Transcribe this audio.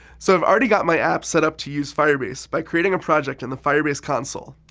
so i've already got my app set up to use firebase by creating a project in the firebase console,